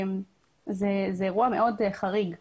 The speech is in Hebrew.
זה אירוע חריג מאוד,